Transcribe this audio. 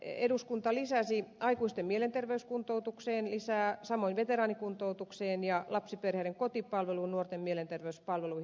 eduskunta lisäsi aikuisten mielenterveyskuntoutukseen samoin veteraanikuntoutukseen ja lapsiperheiden kotipalveluun ja nuorten mielenterveyspalveluihin